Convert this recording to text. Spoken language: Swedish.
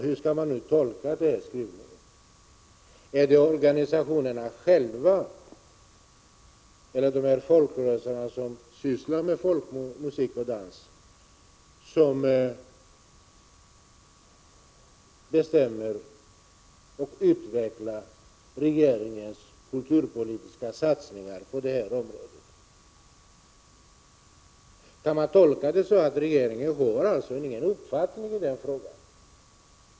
Hur skall man tolka utskottets skrivning? Är det organisationerna själva eller de folkrörelser som sysslar med folkmusik och folkdans som bestämmer regeringens kulturpolitiska satsningar på detta område? Skall man tolka det så, att regeringen inte har någon uppfattning i denna fråga?